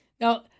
Now